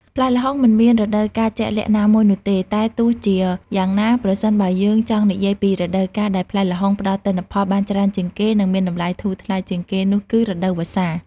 ផ្លែល្ហុងមិនមានរដូវកាលជាក់លាក់ណាមួយនោះទេ តែទោះជាយ៉ាងណា ប្រសិនបើយើងចង់និយាយពីរដូវកាលដែលផ្លែល្ហុងផ្តល់ទិន្នផលបានច្រើនជាងគេ និងមានតម្លៃធូរថ្លៃជាងគេនោះគឺរដូវវស្សា។